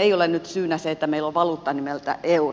ei ole nyt syynä se että meillä on valuutta nimeltä euro